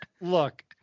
look